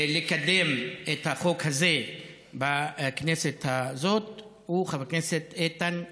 לקדם את החוק הזה בכנסת הזאת הוא חבר הכנסת איתן כבל.